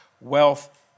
wealth